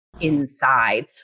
inside